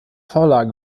vorlage